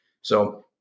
So-